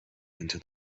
into